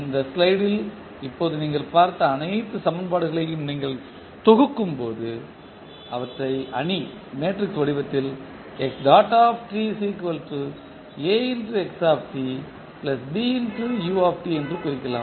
இந்த ஸ்லைடில் இப்போது நீங்கள் பார்த்த அனைத்து சமன்பாடுகளையும் நீங்கள் தொகுக்கும்போது அவற்றை அணி வடிவத்தில் என்று குறிக்கலாம்